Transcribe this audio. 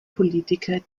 politiker